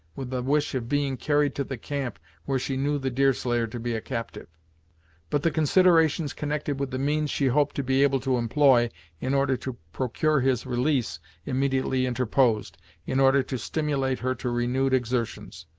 with the wish of being carried to the camp where she knew the deerslayer to be a captive but the considerations connected with the means she hoped to be able to employ in order to procure his release immediately interposed, in order to stimulate her to renewed exertions.